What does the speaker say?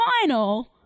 final